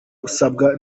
usabwa